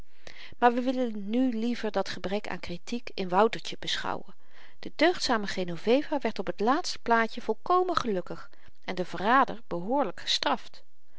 maar we willen nu liever dat gebrek aan kritiek in woutertje beschouwen de deugdzame genoveva werd op t laatste plaatje volkomen gelukkig en de verrader behoorlyk gestraft